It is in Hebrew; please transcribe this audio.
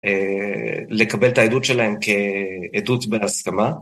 לקבל את העדות שלהם כעדות בהסכמה.